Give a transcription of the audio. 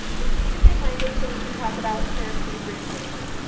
we speak the same language so we can talk about therapeutic risk management.